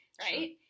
right